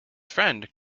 friend